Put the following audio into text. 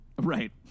Right